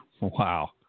Wow